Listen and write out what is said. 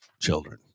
Children